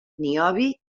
niobi